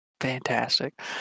Fantastic